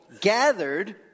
gathered